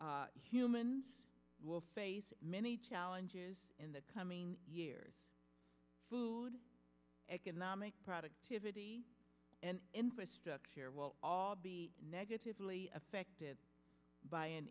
l humans will face many challenges in the coming years food economic productivity and infrastructure well all be negatively affected by an